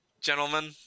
gentlemen